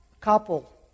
couple